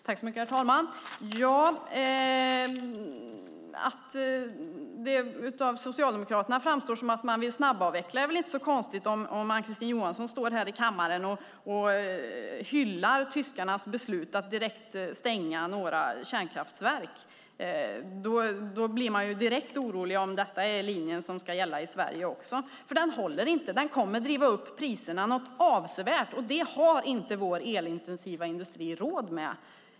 Herr talman! Det är väl inte så konstigt att det framstår som om Socialdemokraterna vill snabbavveckla när Ann-Kristine Johansson står här i kammaren och hyllar tyskarnas beslut att direkt stänga några kärnkraftverk. Om det är den linje som ska gälla i Sverige också blir man orolig. Det håller inte. Det kommer att driva upp priserna avsevärt. Det har inte vår elintensiva industri råd med.